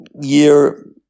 year